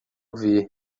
ver